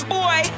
boy